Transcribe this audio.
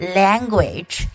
language